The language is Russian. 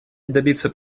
добиться